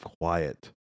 quiet